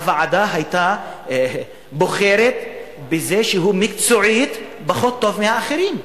הוועדה בחרה בזה שמקצועית הוא פחות טוב מאחרים.